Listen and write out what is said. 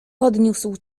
podniósł